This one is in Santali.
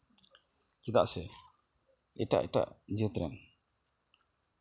ᱪᱮᱫᱟᱜ ᱥᱮ ᱮᱴᱟᱜ ᱮᱴᱟᱜ ᱡᱟᱹᱛ ᱨᱮᱱ